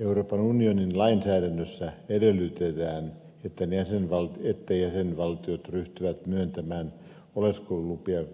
euroopan unionin lainsäädännössä edellytetään että jäsenvaltiot ryhtyvät myöntämään oleskelulupia